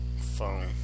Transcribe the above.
Phone